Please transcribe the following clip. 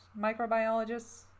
microbiologists